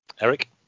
Eric